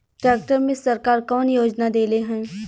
Tractor मे सरकार कवन योजना देले हैं?